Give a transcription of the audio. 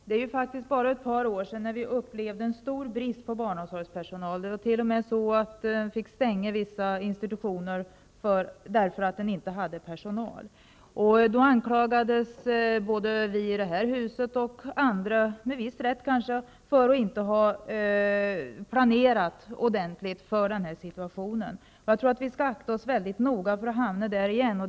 Herr talman! Det är bara ett par år sedan vi upplevde en stor brist på barnomsorgspersonal. Man fick t.o.m. stänga vissa institutioner för att man inte hade personal. Då anklagades både vi i detta hus och andra, kanske med viss rätt, för att inte ha planerat ordentligt för denna situation. Vi skall akta oss noga för att hamna där igen.